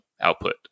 output